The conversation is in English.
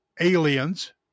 aliens